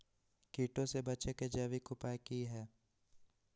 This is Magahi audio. कीटों से बचे के जैविक उपाय की हैय?